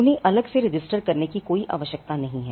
उन्हें अलग से रजिस्टर करने की कोई आवश्यकता नहीं है